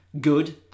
good